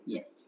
Yes